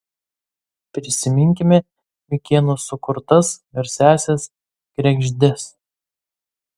prisiminkime mikėno sukurtas garsiąsias kregždes